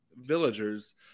villagers